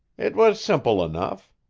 it was simple enough.